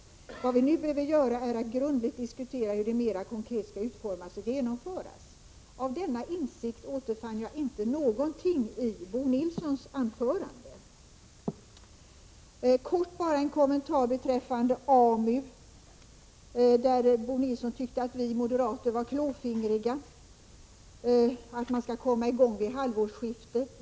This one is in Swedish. Det vi nu behöver göra är att diskutera hur dessa mera konkret skall utformas och genomföras. Av denna insikt återfann jag inte någonting i Bo Nilssons anförande. Sedan kort bara en kommentar beträffande AMU. Bo Nilsson tyckte att vi moderater var klåfingriga när vi tyckte att man skulle komma i gång vid halvårsskiftet.